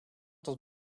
tot